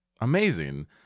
amazing